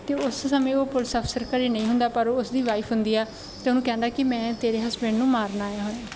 ਅਤੇ ਉਸ ਸਮੇਂ ਉਹ ਪੁਲਿਸ ਅਫਸਰ ਘਰੇ ਨਹੀਂ ਹੁੰਦਾ ਪਰ ਉਸ ਦੀ ਵਾਈਫ ਹੁੰਦੀ ਆ ਅਤੇ ਉਹਨੂੰ ਕਹਿੰਦਾ ਕਿ ਮੈਂ ਤੇਰੇ ਹਸਬੈਂਡ ਨੂੰ ਮਾਰਨ ਆਇਆ ਹੋਇਆ